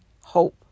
hope